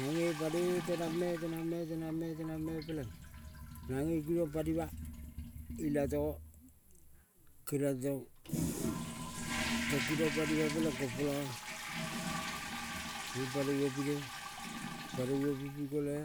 Nange panoi tenangme, tenangme, tenanagme, tenangme peleag nange kinong panima ilatogo keniong tong tong kinong panima peleng kompola ing panou opine panou opi pi kale